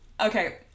Okay